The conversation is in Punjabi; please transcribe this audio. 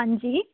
ਹਾਂਜੀ